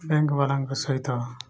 bank balance ସହିତ